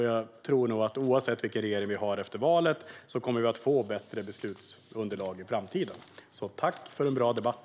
Jag tror att oavsett vilken regering vi har efter valet kommer vi att få bättre beslutsunderlag i framtiden. Tack för en bra debatt!